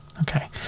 Okay